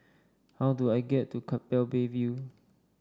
how do I get to Keppel Bay View